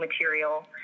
material